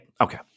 okay